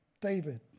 David